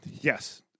Yes